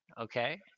Okay